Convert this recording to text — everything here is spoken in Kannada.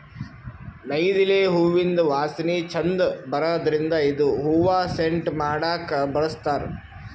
ನೈದಿಲೆ ಹೂವಿಂದ್ ವಾಸನಿ ಛಂದ್ ಬರದ್ರಿನ್ದ್ ಇದು ಹೂವಾ ಸೆಂಟ್ ಮಾಡಕ್ಕ್ ಬಳಸ್ತಾರ್